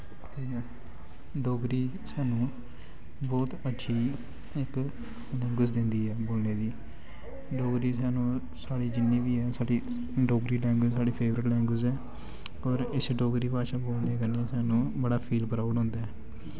डोगरी सानूं बौह्त अच्छी इक लैंग्वेज़ दिंदी ऐ बोलने दी डोगरी सानूं साढ़ी जिन्नी बी ऐ साढ़ी डोगरी लैंग्वेज़ साढ़ी फेवरट लैंग्वेज़ ऐ होर इस डोगरी भाशा बोलने कन्नै सानूं बड़ी फील प्राउड होंदा ऐ